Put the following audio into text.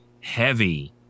heavy